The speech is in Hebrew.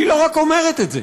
היא לא רק אומרת את זה,